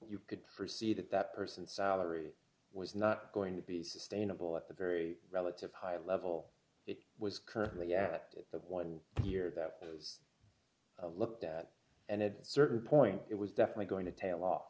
you could see that that person salary was not going to be sustainable at the very relative high level it was currently at that one year that was looked at and at certain point it was definitely going to tail off